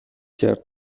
کرد